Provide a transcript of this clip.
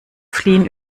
fliehen